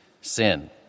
sin